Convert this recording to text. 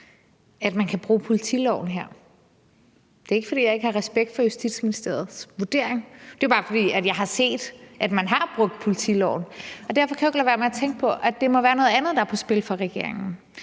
at man kan bruge politiloven her. Det er ikke, fordi jeg ikke har respekt for Justitsministeriets vurdering, det er bare, fordi jeg har set, at man har brugt politiloven. Derfor kan jeg ikke lade være med at tænke på, at det må være noget andet, der er på spil fra regeringens